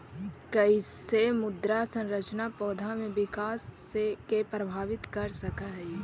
कईसे मृदा संरचना पौधा में विकास के प्रभावित कर सक हई?